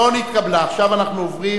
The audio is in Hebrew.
אנחנו עוברים